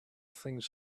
things